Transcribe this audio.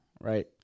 right